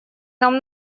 нам